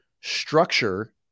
structure